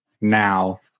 now